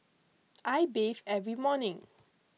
I bathe every morning